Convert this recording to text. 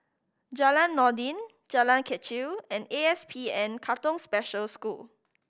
Jalan Noordin Jalan Kechil and ASPN Katong Special School